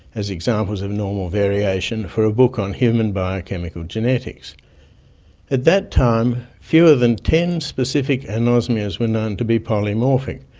as examples examples of normal variation for a book on human biochemical genetics. at that time, fewer than ten specific anosmias were known to be polymorphic,